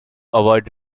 avoid